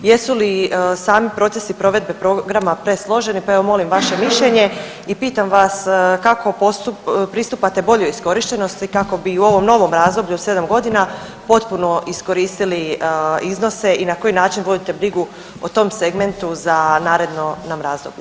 Jesu li sami procesi provedbe programa presloženi, pa evo molim vaše mišljenje i pitam vas kako pristupate boljoj iskorištenosti kako bi u ovom novom razdoblju od 7 godina potpuno iskoristili iznose i na koji način vodite brigu o tom segmentu za naredno nam razdoblje.